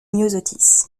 myosotis